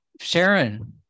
Sharon